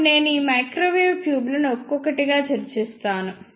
ఇప్పుడు నేను ఈ మైక్రోవేవ్ ట్యూబ్లను ఒక్కొక్కటిగా చర్చిస్తాను